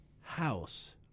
house